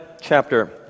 chapter